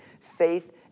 faith